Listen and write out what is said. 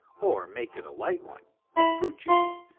or make it a light one, of fruit juices,